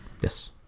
Yes